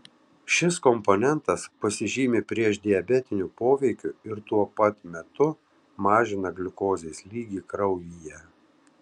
šis komponentas pasižymi priešdiabetiniu poveikiu ir tuo pat metu mažina gliukozės lygį kraujyje